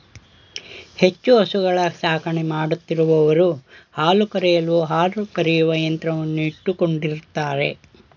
ಹೆಚ್ಚು ಹಸುಗಳ ಸಾಕಣೆ ಮಾಡುತ್ತಿರುವವರು ಹಾಲು ಕರೆಯಲು ಹಾಲು ಕರೆಯುವ ಯಂತ್ರವನ್ನು ಇಟ್ಟುಕೊಂಡಿರುತ್ತಾರೆ